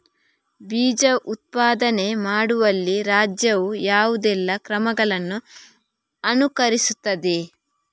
ಬೀಜ ಉತ್ಪಾದನೆ ಮಾಡುವಲ್ಲಿ ರಾಜ್ಯವು ಯಾವುದೆಲ್ಲ ಕ್ರಮಗಳನ್ನು ಅನುಕರಿಸುತ್ತದೆ?